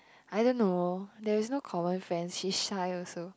I don't know there is no common friend she shy also